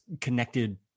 connected